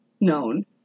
known